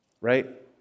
right